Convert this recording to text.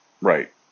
Right